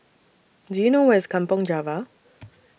Do YOU know Where IS Kampong Java